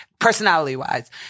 Personality-wise